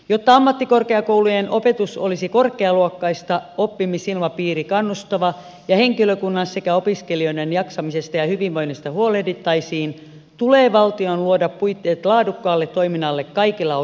jotta ammattikorkeakoulujen opetus olisi korkealuokkaista oppimisilmapiiri kannustava ja henkilökunnan sekä opiskelijoiden jaksamisesta ja hyvinvoinnista huolehdittaisiin tulee valtion luoda puitteet laadukkaalle toiminnalle kaikilla osa alueilla